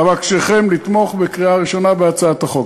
אבקשכם לתמוך בקריאה ראשונה בהצעת החוק.